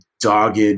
dogged